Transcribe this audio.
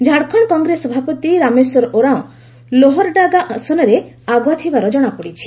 ଝାଡ଼ଖଣ୍ଡ କଂଗ୍ରେସ ସଭାପତି ରାମେଶ୍ୱର ଓରାଓଁ ଲୋହାରଡାଗା ଆସନରେ ଆଗୁଆ ଥିବାର ଜଣାପଡ଼ିଛି